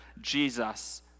Jesus